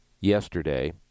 yesterday